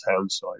Townside